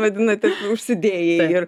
vadinate užsidėjai ir